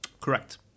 Correct